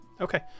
okay